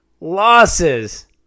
losses